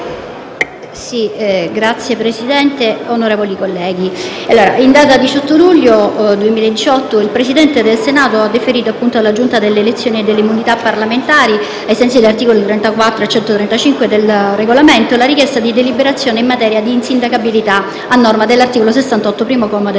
Signor Presidente, onorevoli colleghi, in data 18 luglio 2018 il Presidente del Senato ha deferito alla Giunta delle elezioni e delle immunità parlamentari, ai sensi degli articoli 34 e 135 del Regolamento, la richiesta di deliberazione in materia di insindacabilità, a norma dell'articolo 68, primo comma, della Costituzione